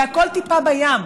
זה הכול טיפה בים,